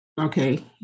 okay